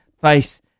face